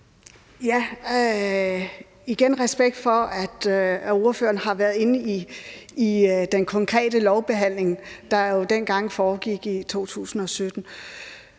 (S): Igen, respekt for, at ordføreren har været inde i den konkrete lovbehandling, der foregik dengang i 2017.